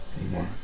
anymore